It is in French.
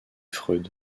freud